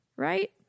Right